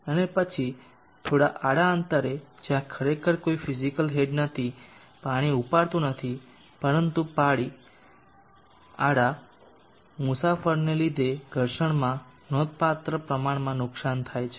અને પછી થોડા આડા અંતરે છે જ્યાં ખરેખર કોઈ ફીઝીકલ હેડ નથી પાણી ઉપાડતું નથી પરંતુ આડા મુસાફરીને લીધે ઘર્ષણમાં નોંધપાત્ર પ્રમાણમાં નુકસાન થાય છે